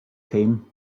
came